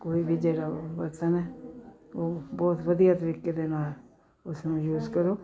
ਕੋਈ ਵੀ ਜਿਹੜਾ ਬਰਤਨ ਹੈ ਉਹ ਬਹੁਤ ਵਧੀਆ ਤਰੀਕੇ ਦੇ ਨਾਲ ਉਸ ਨੂੰ ਯੂਜ ਕਰੋ